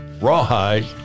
Rawhide